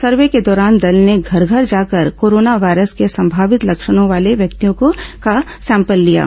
सर्वे के दौरान दल ने घर घर जाकर कोरोना वायरस के संभावित लक्षणों वाले व्यक्तियों का सैंपल लिया है